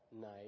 night